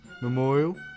memorial